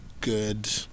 good